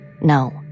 No